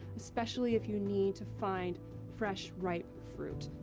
especially if you need to find fresh, ripe fruit.